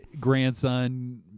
grandson